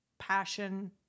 passion